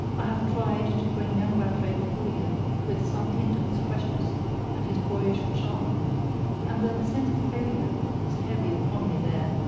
i have tried to bring young rattray before you with some hint of his freshness and his boyish charm and though the sense of failure is heavy upon me there,